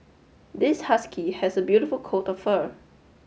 this husky has a beautiful coat of fur